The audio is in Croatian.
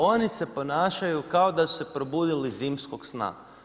Oni se ponašaju kao da su se probudili iz zimskog sna.